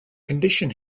condition